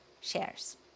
shares